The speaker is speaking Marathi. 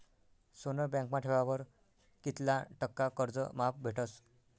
सोनं बँकमा ठेवावर कित्ला टक्का कर्ज माफ भेटस?